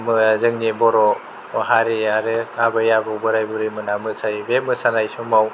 जोंनि बर' हारि आरो आबै आबौ बोराय बुरि मोनहा मोसायो बे मोसानाय समाव